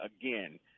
again